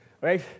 right